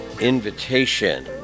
Invitation